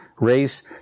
race